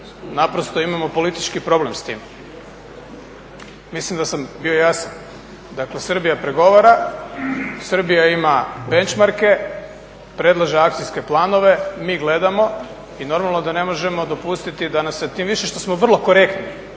naprosto imamo politički problem s tim. Mislim da sam bio jasan. Dakle Srbija pregovara, Srbija ima benchmarke, predlaže akcijske planove, mi gledamo i normalno da ne možemo dopustiti da nas se, tim više što smo vrlo korektni